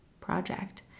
project